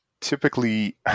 typically